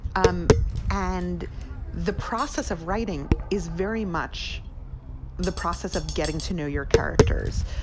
um and the process of writing is very much the process of getting to know your characters.